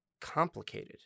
complicated